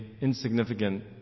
insignificant